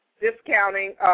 discounting